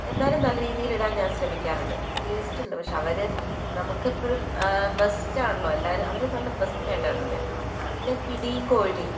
എന്നാലും നല്ല രീതിയിൽ ഞാൻ ഇടാൻ ശ്രമിക്കാറുണ്ട് ടേസ്റ്റ്ണ്ട് പക്ഷേ അവര് നമുക്കെപ്പൊഴും ബസ്റ്റ് ആണല്ലോ അവര് നല്ല ബെസ്റ്റായിട്ടാണ് ഇടുന്നത് പിന്നെ പിടിയും കോഴീം